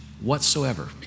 whatsoever